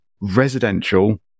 residential